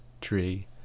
Tree